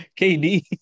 KD